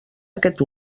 aquest